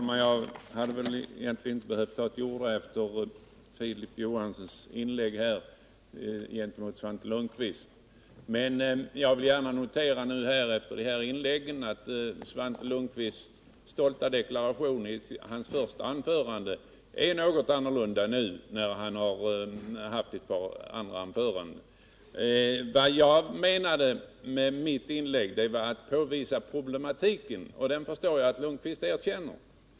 Herr talman! Egentligen hade jag väl inte behövt ta till orda efter Filip Johanssons inlägg gentemot Svante Lundkvist, men jag vill notera att Svante Lundkvists stolta deklaration om kapitalvinsterna i hans första anförande har blivit något annorlunda nu när han har hållit ett par andra anföranden. Vad jag avsåg med mitt inlägg var att påvisa problematiken, och den förstår Jag att Svante Lundkvist erkänner.